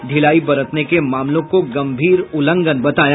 ढिलाई बरतने के मामलों को गंभीर उल्लंघन बताया